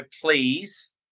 please